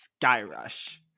Skyrush